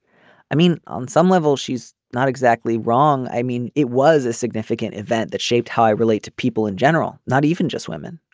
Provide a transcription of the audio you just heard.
i mean on some level she's not exactly wrong. i mean it was a significant event that shaped how i relate to people in general not even just women.